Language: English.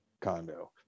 condo